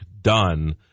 done